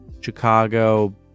Chicago